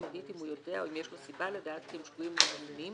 תיעודית אם הוא יודע או יש לו סיבה לדעת כי הם שגויים או לא אמינים,